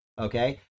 okay